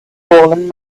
fallen